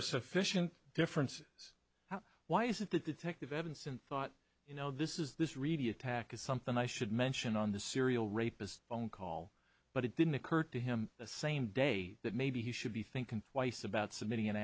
are sufficient differences why is it that the detective evanston thought you know this is this really attack is something i should mention on the serial rapist phone call but it didn't occur to him the same day that maybe he should be thinking twice about